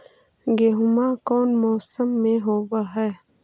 गेहूमा कौन मौसम में होब है?